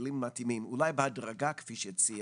וכלים מתאימים, אולי בהדרגה כפי שהציע